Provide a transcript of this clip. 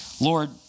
Lord